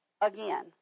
again